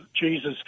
Jesus